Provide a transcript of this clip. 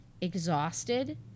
exhausted